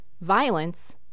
Violence